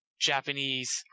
Japanese